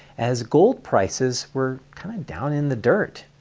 as gold prices were kind of down in the dirt.